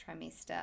trimester